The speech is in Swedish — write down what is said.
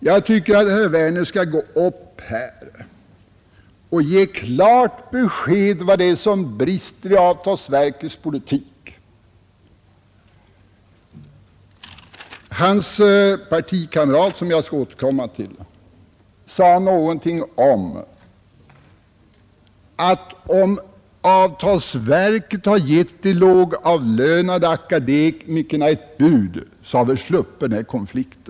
Jag tycker att herr Werner skall gå upp här och ge klart besked om vad det är som brister i avtalsverkets politik. Hans partikamrat, herr Lorentzon, som jag skall återkomma till, sade någonting om att ifall avtalsverket hade gett de lågavlönade akademikerna ett bud, så hade vi sluppit denna konflikt.